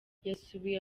yasubiye